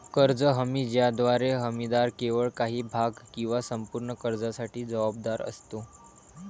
कर्ज हमी ज्याद्वारे हमीदार केवळ काही भाग किंवा संपूर्ण कर्जासाठी जबाबदार असतो